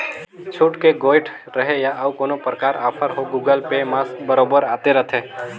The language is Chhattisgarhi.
छुट के गोयठ रहें या अउ कोनो परकार आफर हो गुगल पे म बरोबर आते रथे